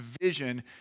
vision